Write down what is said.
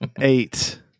Eight